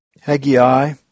Haggai